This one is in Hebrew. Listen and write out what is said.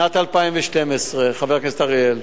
שנת 2012, חבר הכנסת אריאל,